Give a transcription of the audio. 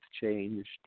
changed